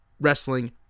wrestling